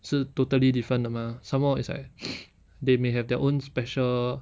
是 totally different 的 mah somemore it's like they may have their own special